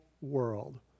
world